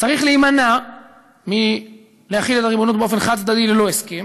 צריך להימנע מלהחיל על הריבונות באופן חד-צדדי ללא הסכם